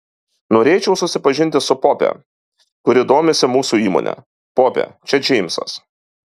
norėčiau supažindinti su pope kuri domisi mūsų įmone pope čia džeimsas